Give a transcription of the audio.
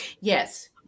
Yes